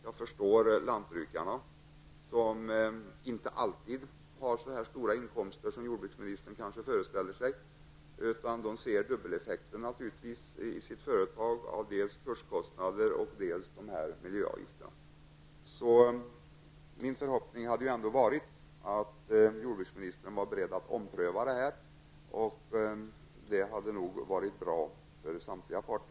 Jag förstår lantbrukarna, som inte alltid har så stora inkomster som jordbruksministern kanske föreställer sig, utan ser dubbeleffekten naturligtvis i sitt företag av dels kurskostnaden, dels miljöavgifterna. Min förhoppning hade ändå varit att jordbruksministern hade varit beredd att ompröva beslutet. Det hade nog varit bra för samtliga parter.